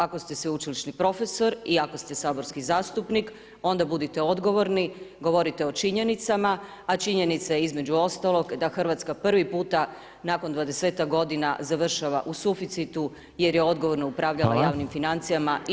Ako ste sveučilišni profesor i ako ste saborski zastupnik onda budite odgovorni, govorite o činjenicama, a činjenica je između ostalog da Hrvatska prvi puta nakon dvadesetak godina završava u suficitu jer je odgovorno upravljala javnim financijama i to je činjenica.